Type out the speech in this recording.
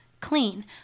clean